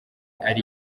ari